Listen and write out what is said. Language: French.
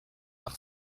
par